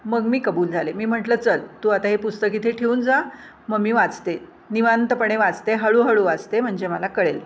मग मी कबूल झाले मी म्हटलं चल तू आता हे पुस्तक इथे ठेवून जा मग मी वाचते निवांतपणे वाचते हळूहळू वाचते म्हणजे मला कळेल